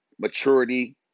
Maturity